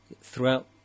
throughout